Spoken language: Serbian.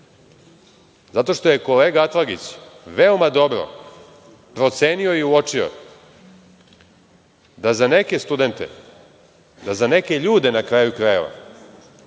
zato što je kolega Atlagić veoma dobro procenio i uočio da za neke studente, da za neke ljude, na kraju krajeva,